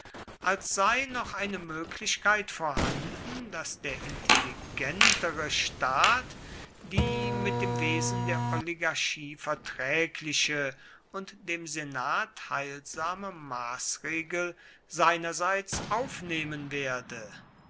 als sei noch eine möglichkeit vorhanden daß der intelligentere staat die mit dem wesen der oligarchie verträgliche und dem senat heilsame maßregel seinerseits aufnehmen werde